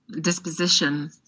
disposition